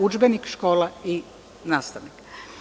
Udžbenik, škola i nastavnik.